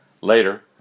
Later